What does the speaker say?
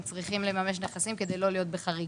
הם צריכים לממש נכסים כדי לא להיות בחריגה,